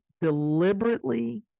deliberately